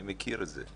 אני מכיר את זה,